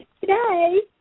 today